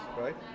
right